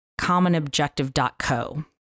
commonobjective.co